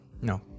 No